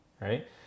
right